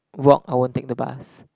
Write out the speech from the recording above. walk I won't take the bus